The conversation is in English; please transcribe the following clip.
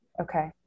Okay